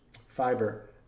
fiber